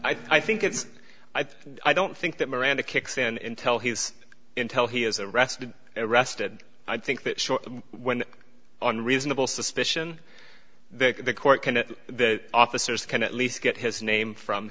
tane i think it's i don't think that miranda kicks and tell his intel he is arrested arrested i think that when on reasonable suspicion that the court can the officers can at least get his name from